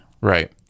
Right